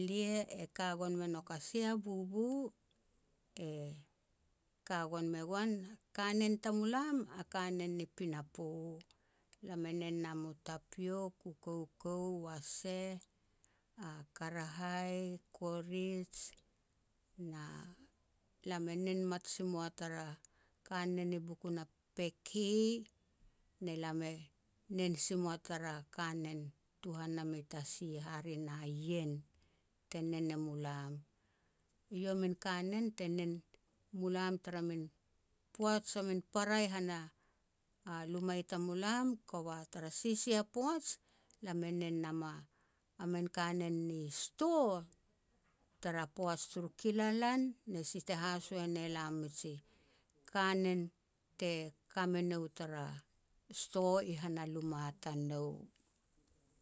Elia kagon mei nouk a sea bubu e ka gon me goan, kanen tamulam a kanen ni pinapo. Lam e nen nam u tapiok, u koukou, waseh, a karahai, korij na lam e nen mat si mua tara kanen pokun na peke ne lam e nen si moa tara kanen tuhan nam i tasi, hare na ien te nen e mulam. Iau a man kanen te nen mulam tara min poaj a min para i han a a luma i tamulam kova tara sisia poaj lam e nen nam a min kanen ni sto, tara poaj turu kilalan, ne si te hasoh ne lam miji kanen te kame nou tara sto i han a luma tanou